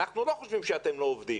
אנחנו לא חושבים שאתם לא עובדים,